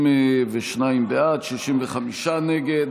52 בעד, 65 נגד,